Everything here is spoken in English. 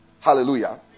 Hallelujah